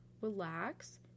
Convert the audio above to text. relax